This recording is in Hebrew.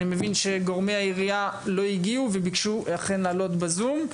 אני מבין שגורמי העירייה לא הגיעו וביקשו אכן לעלות בזום,